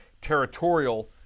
territorial